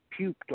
puked